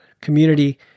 Community